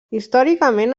històricament